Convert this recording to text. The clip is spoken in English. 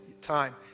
time